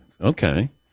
okay